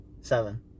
Seven